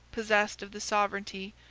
possessed of the sovereignty,